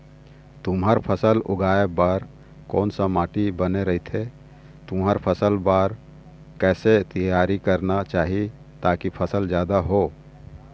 तुंहर फसल उगाए बार कोन सा माटी बने रथे तुंहर फसल बार कैसे तियारी करना चाही ताकि फसल जादा हो?